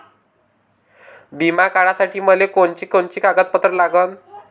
बिमा काढासाठी मले कोनची कोनची कागदपत्र लागन?